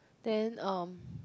then um